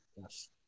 Yes